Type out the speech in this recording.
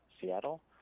Seattle